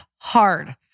hard